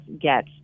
get